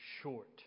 short